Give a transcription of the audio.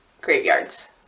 graveyards